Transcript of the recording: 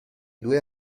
due